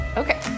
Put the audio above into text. okay